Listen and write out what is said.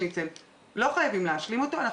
אז זה אומר שהצהרון במוכר שאינו רשמי אמור להסתיים ב-15:30.